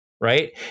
right